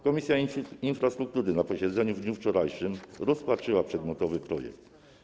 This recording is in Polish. Komisja Infrastruktury na posiedzeniu w dniu wczorajszym rozpatrzyła przedmiotowy projekt.